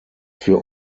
für